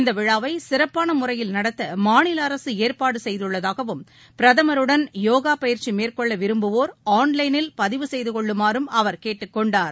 இந்தவிழாவைசிறப்பானமுறையில் நடத்தமாநிலஅரசுஏற்பாடுசெய்துள்ளதாகவும் பிரதமருடன் யோகாபயிற்சிமேற்கொள்ளவிரும்புவோர் ஆன்லைளில் பதிவு செய்துகொள்ளுமாறும் அவர் கேட்டுக் கொண்டார்